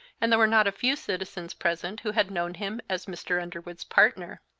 and there were not a few citizens present who had known him as mr. underwood's partner.